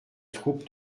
troupes